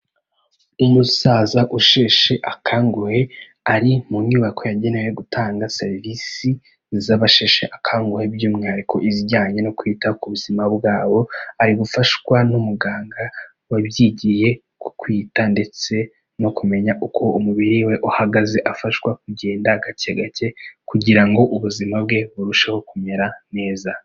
Umusaza usheshe akanguhe ari mu nyubako yagenewe gutanga serivisi z'abasheshe akanguhe, by'umwihariko izijyanye no kwita ku buzima bwabo, arigufashwa n'umuganga wabyigiye kwita, ndetse no kumenya uko umubiri we uhagaze. Afashwa kugenda gake gake kugira ngo ubuzima bwe burusheho kumera neza.